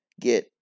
get